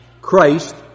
Christ